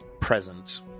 present